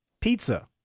pizza